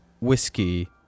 whiskey